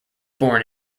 born